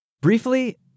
Briefly